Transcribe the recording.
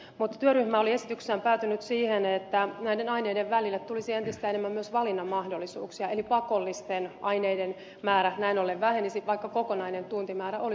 mutta työryhmä oli esityksessään päätynyt siihen että näiden aineiden välille tulisi entistä enemmän myös valinnan mahdollisuuksia eli pakollisten aineiden määrä näin ollen vähenisi vaikka kokonainen tuntimäärä oli suurempi